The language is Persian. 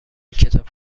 کتاب